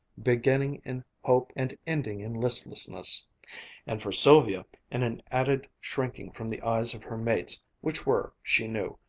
beginning in hope and ending in listlessness and for sylvia in an added shrinking from the eyes of her mates, which were, she knew,